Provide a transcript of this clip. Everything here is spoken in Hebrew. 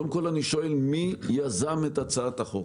קודם כול, אני שואל, מי יזם את החוק?